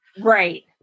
Right